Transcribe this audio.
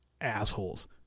assholes